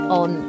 on